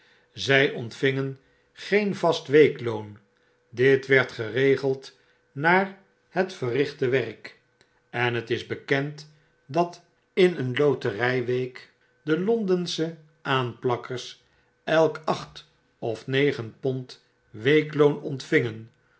zij ontvingen geen vast weekloon dit werd geregeld naar het verrichte werk en het is bekend dat in een loterij week de londensche aanplakkers elk acht of negen pond weekloon ontvingen